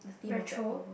Metro